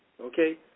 Okay